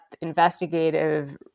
investigative